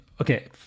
okay